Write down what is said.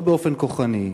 לא באופן כוחני,